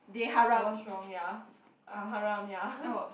I was wrong ya uh haram ya